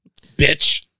bitch